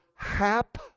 Hap